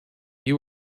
you